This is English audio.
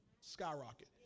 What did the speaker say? skyrocket